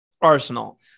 Arsenal